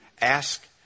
ask